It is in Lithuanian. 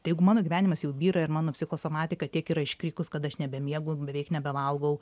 tai jeigu mano gyvenimas jau byra ir mano psichosomatika tiek yra iškrikus kad aš nebemiegu beveik nebevalgau